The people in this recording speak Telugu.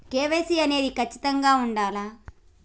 కే.వై.సీ అనేది ఖచ్చితంగా ఉండాలా?